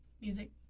music